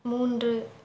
மூன்று